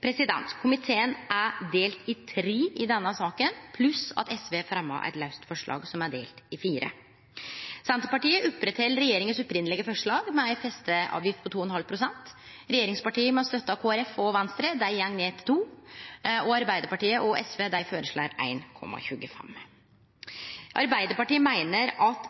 konsekvensar for. Komiteen er delt i tre i denne saka – pluss at SV har fremja eit laust forslag, så me er delte i fire. Senterpartiet held oppe det opphavlege forslaget frå regjeringa, om ei festeavgift på 2,5 pst. Regjeringspartia, med støtte av Kristeleg Folkeparti og Venstre, går ned til 2 pst. Arbeidarpartiet og SV føreslår 1,25 pst. Arbeidarpartiet meiner at